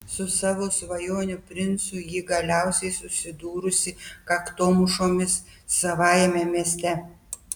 su savo svajonių princu ji galiausiai susidūrusi kaktomušomis savajame mieste